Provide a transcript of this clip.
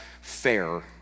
fair